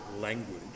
language